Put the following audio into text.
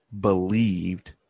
believed